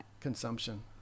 consumption